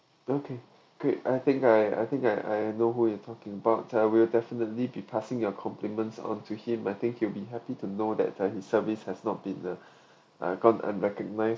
okay great I think I I think I I know who you talking about we will definitely be passing your compliments onto him I think he will be happy to know that uh he service has not been uh uh gone and recognize